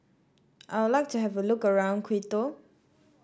I'll like to have a look around Quito